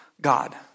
God